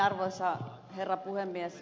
arvoisa herra puhemies